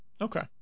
Okay